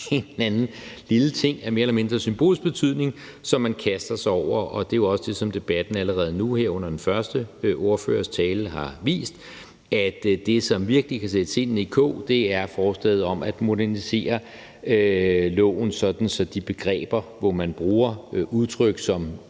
anden lille ting af mere eller mindre symbolsk betydning, som man kaster sig over, og det er jo også det, som debatten allerede nu her under den første ordførers tale har vist: at det, som virkelig kan sætte sindene i kog, er forslaget om at modernisere loven, sådan at i de begreber, hvor man bruger udtryk, som